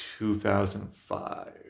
2005